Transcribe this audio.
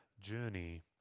journey